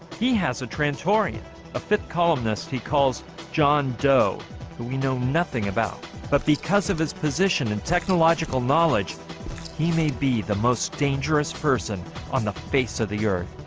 he has a trance orion a fit columnist he calls john doe who we know nothing about but because of his position and technological knowledge he may be the most dangerous person on the face of the earth